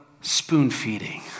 Spoon-feeding